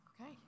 Okay